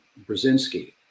Brzezinski